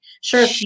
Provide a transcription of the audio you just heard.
sure